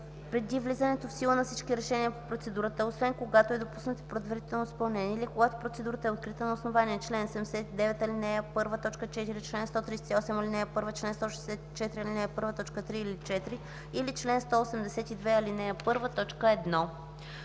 преди влизането в сила на всички решения по процедурата, освен когато е допуснато предварително изпълнение или когато процедура е открита на основание чл. 79, ал. 1, т. 4, чл. 138, ал. 1, чл. 164, ал. 1, т. 3 или 4, или чл. 182, ал. 1,